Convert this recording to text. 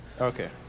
okay